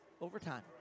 overtime